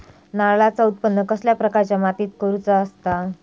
नारळाचा उत्त्पन कसल्या प्रकारच्या मातीत करूचा असता?